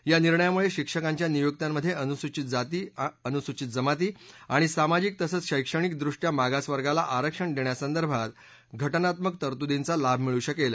या निर्णयामुळे शिक्षकांच्या नियुक्त्यांमध्ये अनुसूचित जाती अनुसूचित जमाती आणि सामाजिक तसंच शक्तणिक दृष्ट्या मागास वर्गाला आरक्षण देण्यासंदर्भात घटनात्मक तरतुदींचा लाभ मिळू शकेल